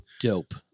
dope